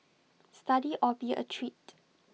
study or be A treat